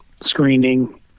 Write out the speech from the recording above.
screening